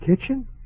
Kitchen